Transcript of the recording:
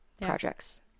projects